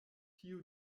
tiu